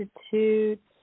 Institute